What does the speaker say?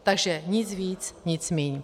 Takže nic víc, nic míň.